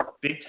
Big